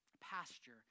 pasture